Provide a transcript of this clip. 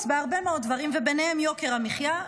בהרבה מאוד דברים וביניהם יוקר המחיה.